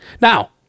Now